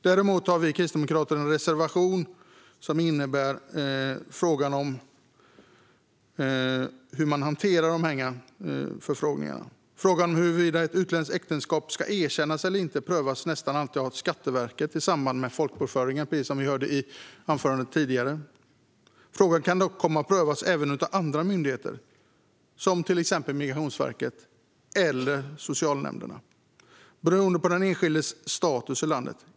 Däremot har vi kristdemokrater en reservation som gäller frågan om hur man hanterar dessa förfrågningar. Frågan om huruvida ett utländskt äktenskap ska erkännas eller inte prövas nästan alltid av Skatteverket i samband med folkbokföring, precis som vi hörde i ett tidigare anförande. Frågan kan dock komma att prövas även av andra myndigheter, till exempel Migrationsverket eller socialnämnderna, beroende på den enskildes status i landet.